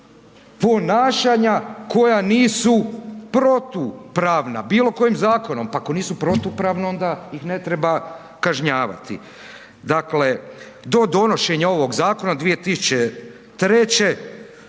ponašanja koja nisu protupravna bilo kojem zakonom. Pa ako nisu protupravna onda ih ne treba kažnjavati. Dakle, do donošenja ovog zakona od 2003.